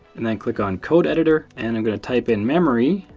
and then click on code editor, and i'm going to type in memory